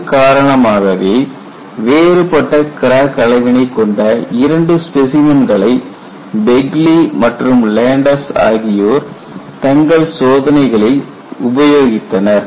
இதன் காரணமாகவே வேறுபட்ட கிராக் அளவினை கொண்ட இரண்டு ஸ்பெசிமன்களை பெக்லி மற்றும் லேண்டஸ் ஆகியோர் தங்கள் சோதனைகளில் உபயோகித்தனர்